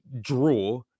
draw